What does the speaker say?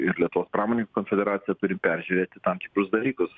ir lietuvos pramoninkų konfederacija turi peržiūrėti tam tikrus dalykus